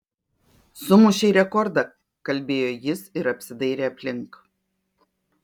sumušei rekordą kalbėjo jis ir apsidairė aplink